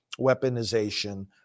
weaponization